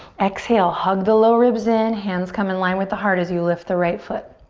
exhale, hug the low ribs in, hands come in line with the heart as you lift the right foot.